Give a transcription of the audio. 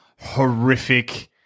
horrific